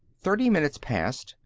thirty minutes passed,